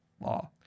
law